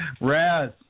Raz